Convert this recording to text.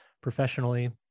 professionally